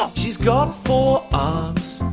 um she's got four arms.